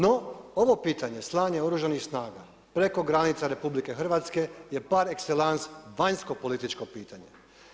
No ovo pitanje slanje Oružanih snaga preko granica RH je par excellence vanjsko političko pitanje.